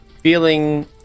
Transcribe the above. feeling